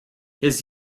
his